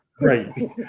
Right